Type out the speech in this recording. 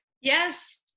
Yes